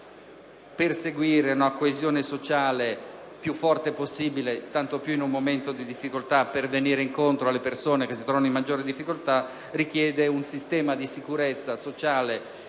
di perseguire una coesione sociale la più forte possibile, tanto più in un momento di difficoltà, per andare incontro alle persone che si trovano in maggiori avversità; richiede un sistema di sicurezza sociale